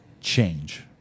change